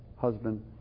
husband